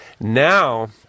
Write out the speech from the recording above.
Now